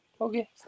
Okay